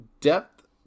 depth